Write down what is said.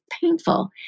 painful